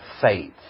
faith